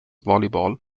volleyball